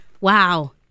wow